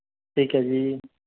ਠੀਕ ਹੈ ਜੀ